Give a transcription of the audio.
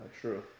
true